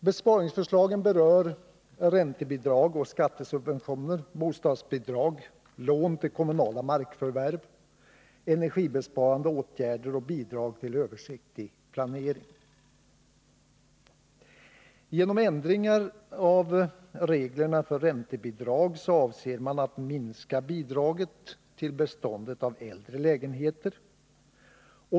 Besparingsförslagen berör räntebidrag och skattesubventioner, bostadsbidrag, lån till kommunala markförvärv, energibesparande åtgärder och bidrag till översiktlig planering. Genom ändringar av reglerna för räntebidrag avser man att minska bidraget till beståndet av äldre lägenheter.